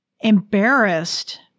embarrassed